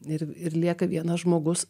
ir ir lieka vienas žmogus